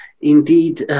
indeed